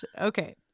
Okay